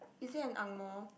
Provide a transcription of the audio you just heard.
is it an Ang-Moh